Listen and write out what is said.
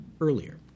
earlier